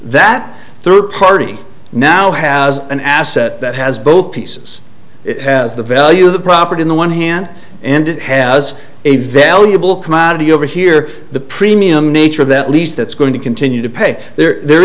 that third party now has an asset that has both pieces it has the value of the property in the one hand and it has a valuable commodity over here the premium nature of that lease that's going to continue to pay there